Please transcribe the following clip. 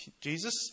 Jesus